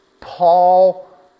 Paul